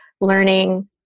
learning